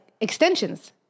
extensions